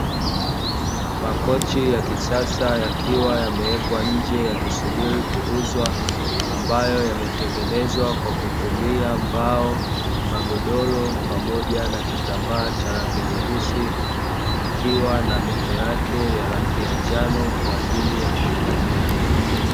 Makochi ya kisasa wakiwa yameekwa nje yakisubiri kuuzwa, ambayo yametengenezwa kwa kutumia mbao, magodoro pamoja na kitambaa cha rangi nyeusi ikiwa na mito ya rangi ya njano kwajili ya kuegemea.